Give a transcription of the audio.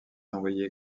envoyé